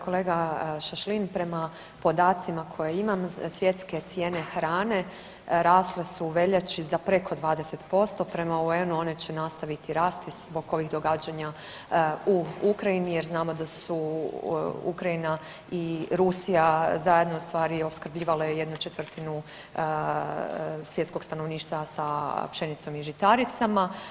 Kolega Šašlin prema podacima koje imam svjetske cijene hrane rasle su u veljači za preko 20% prema UN-u one će nastaviti rasti zbog ovih događanja u Ukrajini jer znamo da su Ukrajina i Rusija zajedno ustvari opskrbljivale 1/4 svjetskog stanovništva sa pšenicom i žitaricama.